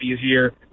easier